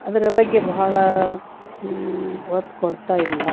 ಅದರ ಬಗ್ಗೆ ಬಹಳ ಒತ್ತು ಕೊಡ್ತಾ ಇಲ್ಲ